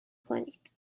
کنید